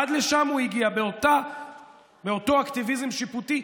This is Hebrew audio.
עד לשם הוא הגיע באותו אקטיביזם שיפוטי,